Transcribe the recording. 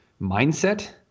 mindset